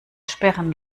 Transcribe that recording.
sperren